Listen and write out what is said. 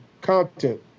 content